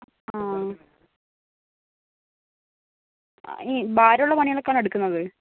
ആ ഈ ഭാരമുള്ള പണികളൊക്കെ ആണോ എടുക്കുന്നത്